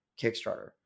Kickstarter